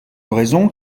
raison